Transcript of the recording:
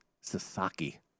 Sasaki